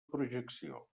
projecció